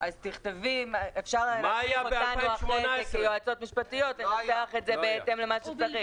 "ובלבד שלא מדובר..." --- אפשר אחרי כן לנסח את זה בהתאם למה שצריך.